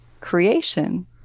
creation